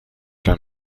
cum